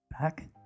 back